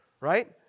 right